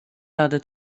rady